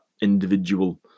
individual